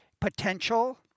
potential